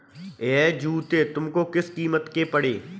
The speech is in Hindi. यह जूते तुमको किस कीमत के पड़े?